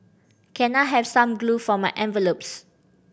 can I have some glue for my envelopes